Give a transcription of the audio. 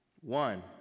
One